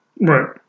Right